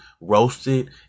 roasted